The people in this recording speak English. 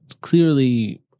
clearly